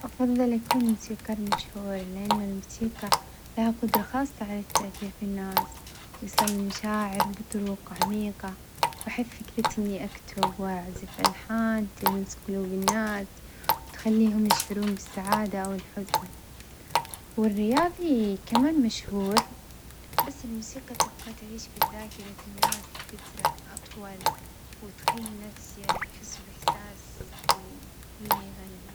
أفظل أكون موسيقار مشهور لأن الموسيقى لها قدرة خاصة على التتأثير بالناس وإيصال المشاعر بطرق عميقة، وأحب فكرة إني أكتب ووأعزف ألحان تلمس قلوب الناس وتخليهم يشعرون بالسعادة أو الحزن، والرياضي كمان مشهور بس الموسيقى تبقى تعيش في ذاكرة الناس فترة أطول، وتخلي الناس تحس بإحساس ال اللي يغني.